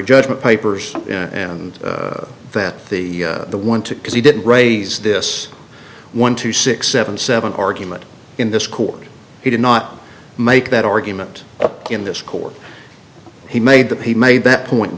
judgment papers and that the the one to because he didn't raise this one to six seven seven argument in this court he did not make that argument up in this court he made the p made that point